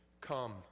come